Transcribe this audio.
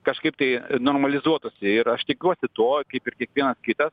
kažkaip tai normalizuotųsi ir aš tikiuosi to kaip ir kiekvienas kitas